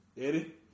Eddie